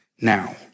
now